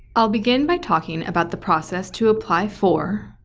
i'll begin by talking about the process to apply for,